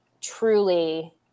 truly